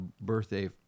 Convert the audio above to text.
birthday